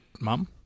mum